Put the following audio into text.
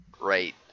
right